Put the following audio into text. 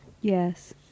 Yes